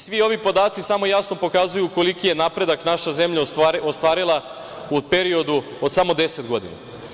Svi ovi podaci samo jasno pokazuju koliki je napredak naša zemlja ostvarila u periodu od samo 10 godina.